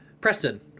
Preston